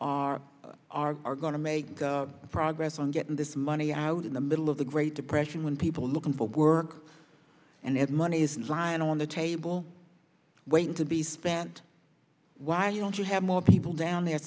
are are are going to make progress on getting this money out in the middle of the great depression when people are looking for work and that money is lying on the table waiting to be spent why you don't you have more people down there